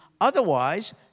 Otherwise